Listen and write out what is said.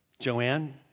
Joanne